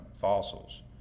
fossils